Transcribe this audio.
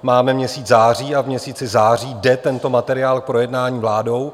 Máme měsíc září a v měsíci září jde tento materiál k projednání vládou.